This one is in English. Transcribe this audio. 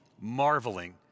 marveling